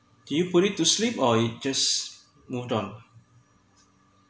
do you put it to sleep or just moved on